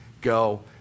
go